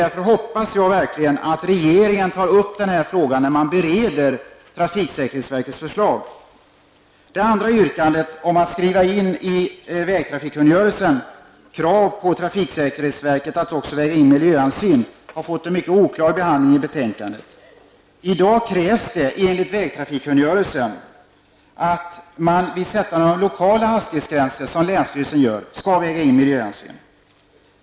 Därför hoppas jag verkligen att regeringen tar upp denna fråga när man bereder trafiksäkerhetsverkets förslag. Det andra yrkandet om att skriva in i vägtrafikkungörelsen krav på att trafiksäkerhetsverket också väger in miljöhänsyn har fått en mycket oklar behandling i utskottet. I dag krävs enligt vägtrafikkungörelsen att man vid sättande av lokala hastighetsgränser, som länsstyrelsen gör, skall väga in miljöhänsyn.